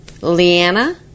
Leanna